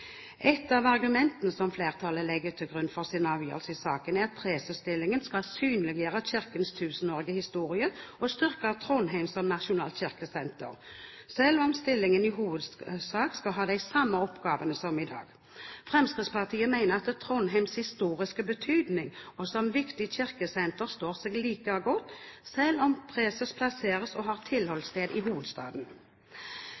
Et av argumentene som flertallet legger til grunn for sin avgjørelse i saken, er at presesstillingen skal synliggjøre Kirkens tusenårige historie og styrke Trondheim som nasjonalt kirkesenter, selv om stillingen i hovedsak skal ha de samme oppgaver som i dag. Fremskrittspartiet mener at Trondheims historiske betydning som viktig kirkesenter står seg like godt selv om preses plasseres og har